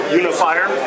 unifier